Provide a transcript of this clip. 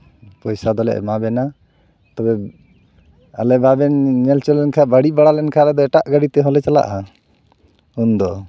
ᱯᱚᱭᱥᱟ ᱫᱚᱞᱮ ᱮᱢᱟ ᱵᱮᱱᱟ ᱛᱚᱵᱮ ᱟᱞᱮ ᱵᱟᱵᱮᱱ ᱧᱮᱞ ᱪᱮᱫ ᱞᱮᱱᱠᱷᱟᱱ ᱵᱟᱹᱲᱤᱡ ᱵᱟᱲᱟ ᱞᱮᱱᱠᱷᱟᱱ ᱟᱫᱚ ᱮᱴᱟᱜ ᱜᱟᱹᱲᱤ ᱠᱚᱛᱮ ᱦᱚᱸᱞᱮ ᱪᱟᱞᱟᱜᱼᱟ ᱩᱱᱫᱚ